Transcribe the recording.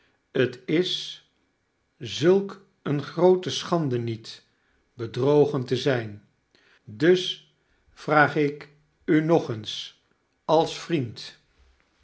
t is zulk eene groote schande niet bedrogen te zyn dus k u nog eens als vriend